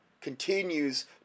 continues